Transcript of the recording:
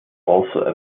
also